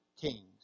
kings